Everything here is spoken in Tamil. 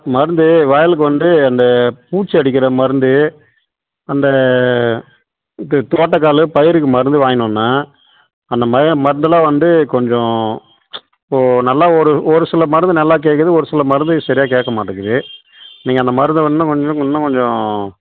மருந்து வயலுக்கு வந்து அந்த பூச்சி அடிக்கிற மருந்து அந்த தோட்டக்கால் பயிருக்கு மருந்து வாங்கினு வந்தேன் அந்த மய மருந்தெலாம் வந்து கொஞ்சம் இப்போது நல்லா ஒரு ஒரு சில மருந்து நல்லா கேட்குது ஒரு சில மருந்து சரியா கேட்க மாட்டேங்கிது நீங்கள் அந்த மருந்து இன்னும் கொஞ்சம் இன்னும் கொஞ்சம்